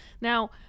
Now